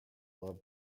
love